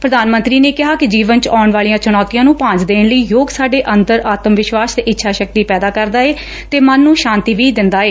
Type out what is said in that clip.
ਪੁਧਾਨ ਮੰਤਰੀ ਨੇ ਕਿਹਾ ਕਿ ਜੀਵਨ 'ਚ ਆਉਣ ਵਾਲੀਆਂ ਚੁਣੌਤੀਆਂ ਨ੍ੰ ਭਾਂਜ ਦੇਣ ਲਈ ਯੋਗ ਸਾਡੇ ਅੰਤਰ ਆਤਮਵਿਸ਼ਵਾਸ ਤੇ ਇੱਛਾ ਸ਼ਕਤੀ ਪੈਦਾ ਕਰਦਾ ਏ ਤੇ ਮਨ ਨੂੰ ਸ਼ਾਂਤੀ ਵੀ ਦਿੰਦਾ ਏ